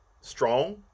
strong